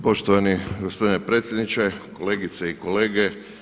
Poštovani gospodine predsjedniče, kolegice i kolege.